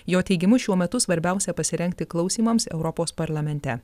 jo teigimu šiuo metu svarbiausia pasirengti klausymams europos parlamente